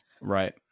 Right